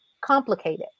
complicated